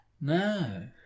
No